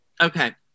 Okay